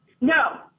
No